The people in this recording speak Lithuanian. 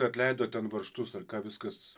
atleido ten varžtus ar ką viskas